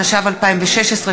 התשע"ו 2016,